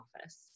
office